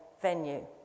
venue